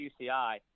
UCI